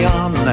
on